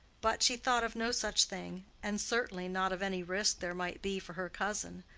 but she thought of no such thing, and certainly not of any risk there might be for her cousin.